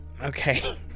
Okay